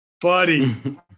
buddy